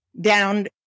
down